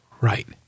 Right